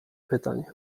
pytań